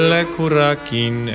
Lekurakin